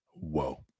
whoa